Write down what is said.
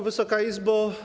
Wysoka Izbo!